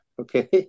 okay